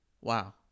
wow